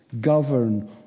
govern